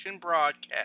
broadcast